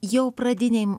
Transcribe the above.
jau pradinėj